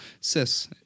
cis